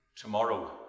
tomorrow